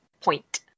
point